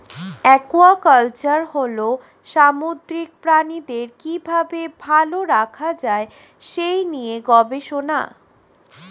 aquaculture হল সামুদ্রিক প্রাণীদের কি ভাবে ভালো রাখা যায় সেই নিয়ে গবেষণা